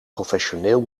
professioneel